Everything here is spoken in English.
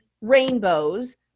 rainbows